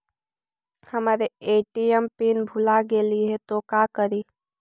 हमर ATM pin भूला गेली हे, तो का करि?